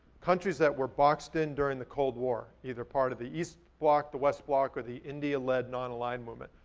countries that were boxed in during the cold war. either part of the east block, the west block, or the india led non-align movement.